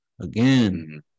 Again